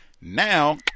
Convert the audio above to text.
now